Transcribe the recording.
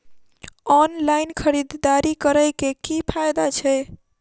Online खरीददारी करै केँ की फायदा छै?